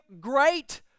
great